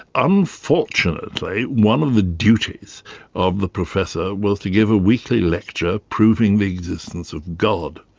unfortunately, one of the duties of the professor was to give a weekly lecture, proving the existence of god.